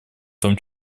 том